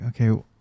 okay